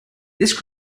this